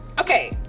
Okay